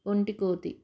ఒంటి కోతి